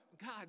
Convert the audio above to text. God